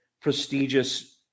prestigious –